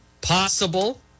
possible